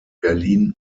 berlin